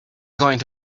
going